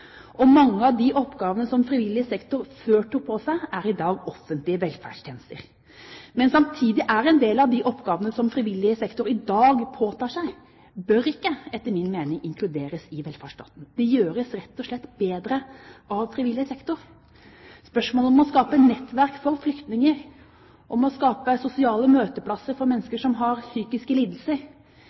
Mange av de oppgavene som frivillig sektor før påtok seg, er i dag offentlige velferdstjenester. Men samtidig bør en del av de oppgavene som frivillig sektor i dag påtar seg, etter min mening ikke inkluderes i velferdsstaten. De utføres rett og slett bedre av frivillig sektor, f.eks. når det gjelder spørsmålet om å skape nettverk for flyktninger, og å skape sosiale møteplasser for mennesker som har psykiske lidelser.